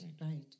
right